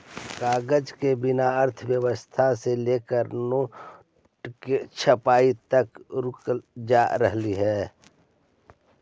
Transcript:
कागज के बिना अर्थव्यवस्था से लेकर नोट के छपाई तक रुक जा हई